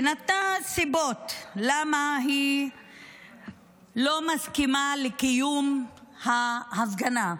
ונתנה סיבות למה היא לא מסכימה לקיום ההפגנה.